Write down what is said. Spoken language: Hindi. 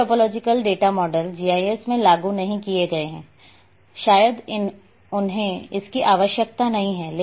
सभी टॉपोलॉजिकल डेटा मॉडल जीआईएस में लागू नहीं किए गए हैं शायद उन्हें इसकी आवश्यकता नहीं है